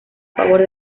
favor